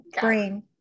brain